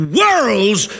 worlds